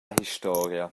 historia